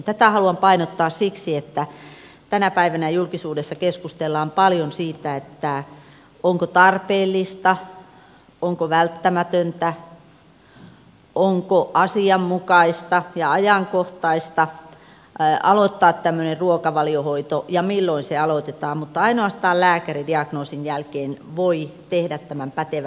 tätä haluan painottaa siksi että tänä päivänä julkisuudessa keskustellaan paljon siitä onko tarpeellista onko välttämätöntä onko asianmukaista ja ajankohtaista aloittaa tämmöinen ruokavaliohoito ja milloin se aloitetaan mutta ainoastaan lääkäri diagnoosin jälkeen voi tehdä tämän pätevän määrityksen